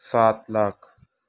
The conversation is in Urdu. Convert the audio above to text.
سات لاکھ